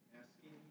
asking